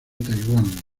taiwán